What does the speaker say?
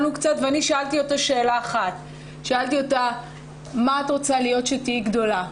כששאלתי אותה מה היא רוצה להיות כשהיא תהיה גדולה,